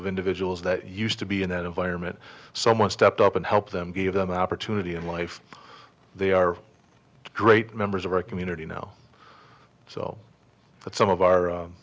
of individuals that used to be in that environment someone stepped up and helped them give them an opportunity in life they are great members of our community now so that some of our